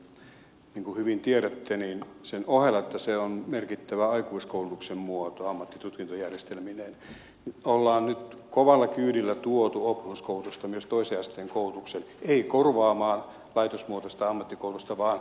niin kuin hyvin tiedätte sen ohella että se on merkittävä aikuiskoulutuksen muoto ammattitutkintojärjestelmineen ollaan nyt kovalla kyydillä tuotu oppisopimuskoulutusta myös toisen asteen koulutukseen ei korvaamaan laitosmuotoista ammattikoulutusta vaan sitä täydentämään